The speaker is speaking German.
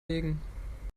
legen